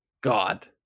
god